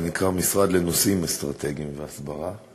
זה נקרא: המשרד לנושאים אסטרטגיים והסברה.